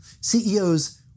CEOs